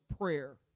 prayer